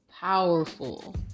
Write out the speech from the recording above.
powerful